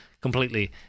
completely